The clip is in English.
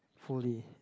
fully